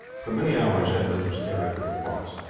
for many hours edmund was carried through the forest.